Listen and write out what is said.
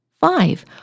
Five